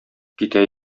китә